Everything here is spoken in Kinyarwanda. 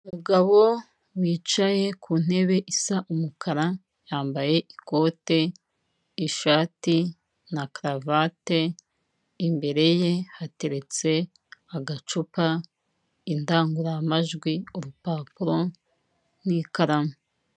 Umugabo wicaye ku ntebe isa umukara yambaye ikote, ishati na karuvati, imbere ye hateretse agacupa, indangururamajwi, urupapuro, n'ikaramu.